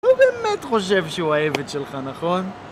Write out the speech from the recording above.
הוא באמת חושב שהוא העבד שלך, נכון?